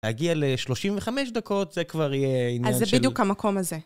להגיע לשלושים וחמש דקות זה כבר יהיה עניין שלו. אז זה בדיוק המקום הזה.